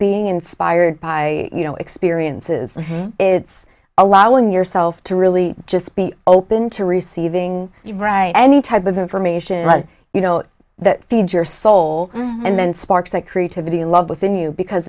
being inspired by you know experiences it's allowing yourself to really just be open to receiving you right any type of information you know that feeds your soul and then sparks that creativity love within you because